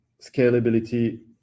scalability